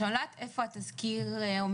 אני לא יודעת איפה התזכיר עומד.